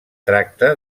tracta